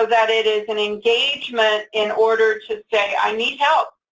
ah that it is an engagement in order to say, i need help.